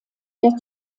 der